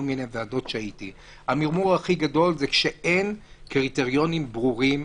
מיני ועדות שהייתי בעבר זה כשאין קריטריונים ברורים,